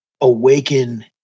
awaken